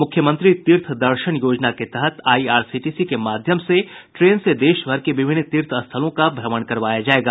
मुख्यमंत्री तीर्थ दर्शन योजना के तहत आईआरसीटीसी के माध्यम से ट्रेन से देशभर के विभिन्न तीर्थ स्थलों का भ्रमण करवाया जायेगा